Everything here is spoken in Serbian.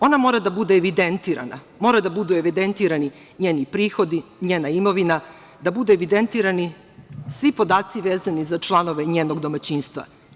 Ona mora da bude evidentirana, moraju da budu evidentirani njeni prihodi, njena imovina, da budu evidentirani svi podaci vezani za članove njenog domaćinstva.